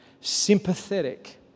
Sympathetic